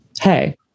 Hey